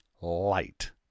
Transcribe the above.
light